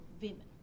women